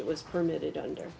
it was permitted under